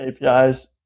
APIs